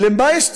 למה יש צורך?